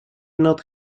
not